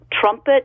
trumpet